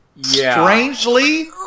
Strangely